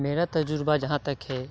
میرا تجربہ جہاں تک ہے